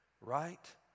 right